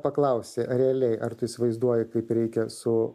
paklausė realiai ar tu įsivaizduoji kaip reikia su